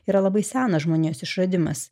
yra labai senas žmonijos išradimas